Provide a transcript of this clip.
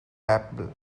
apple